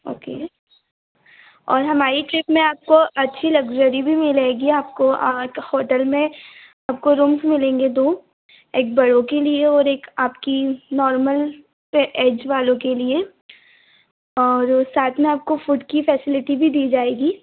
okay और हमारी trip में आपको अच्छी लग्जरी भी मिलेगी आपको और होटल में आपको रूम्स मिलेंगे दो एक बड़ों के लिए और एक आपकी नॉर्मल ए ऐज वालों के लिए और साथ में आपको फुट की फैसिलिटी भी दी जाएगी